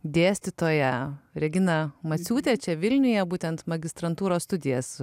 dėstytoją reginą maciūtę čia vilniuje būtent magistrantūros studijas